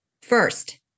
First